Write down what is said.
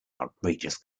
outrageous